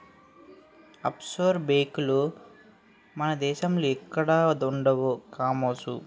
offshore బేంకులు మన దేశంలో ఎక్కడా ఉండవు కామోసు